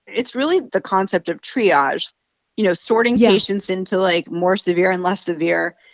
it's really the concept of triage you know, sorting patients into, like, more severe and less severe.